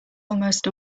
almost